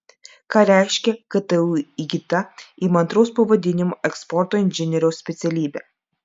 ką reiškia ktu įgyta įmantraus pavadinimo eksporto inžinieriaus specialybė